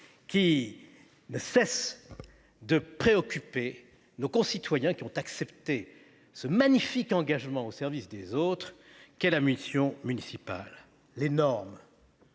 qui ne cesse de préoccuper les citoyens qui ont accepté ce magnifique engagement au service des autres qu'est la mission municipale. S'agissant